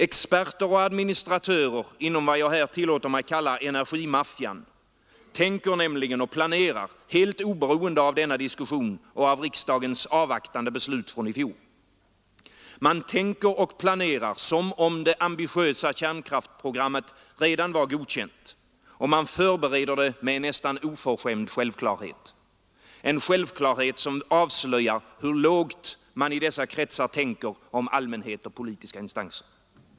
Experter och administratörer inom vad jag tillåter mig kalla energimaffian tänker nämligen och planerar helt oberoende av denna diskussion och av riksdagens avvaktande beslut i fjor. Man tänker och planerar som om det ambitiösa kärnkraftsprogrammet redan var godkänt och man förbereder det med en nästan oförskämd självklarhet — en självklarhet som avslöjar hur lågt man i dessa kretsar tänker om allmänhet och politiska instanser.